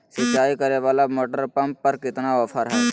सिंचाई करे वाला मोटर पंप पर कितना ऑफर हाय?